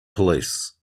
police